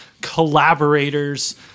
collaborators